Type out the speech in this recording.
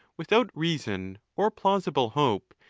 without reason or plausible hope,